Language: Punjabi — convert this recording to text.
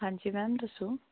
ਹਾਂਜੀ ਮੈਮ ਦੱਸੋ